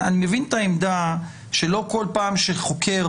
אני מבין את העמדה שלא כל פעם שחוקר